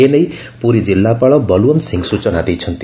ଏନେଇ ପୁରୀ ଜିଲ୍ଲାପାଳ ବଲଓ୍ୱନ୍ତ ସିଂହ ସୂଚନା ଦେଇଛନ୍ତି